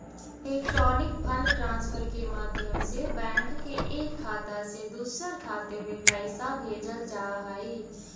electronic fund transfer के माध्यम से बैंक के एक खाता से दूसर खाते में पैइसा भेजल जा हइ